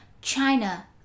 China